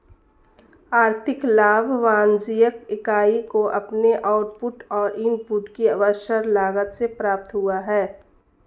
आर्थिक लाभ वाणिज्यिक इकाई को अपने आउटपुट और इनपुट की अवसर लागत से प्राप्त हुआ है